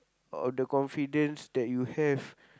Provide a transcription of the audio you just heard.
of the confidence that you have